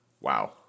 Wow